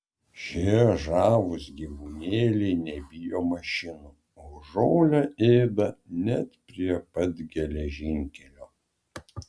šie žavūs gyvūnėliai nebijo mašinų o žolę ėda net prie pat geležinkelio